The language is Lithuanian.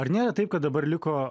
ar nėra taip kad dabar liko